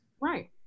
Right